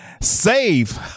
save